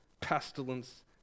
pestilence